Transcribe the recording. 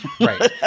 Right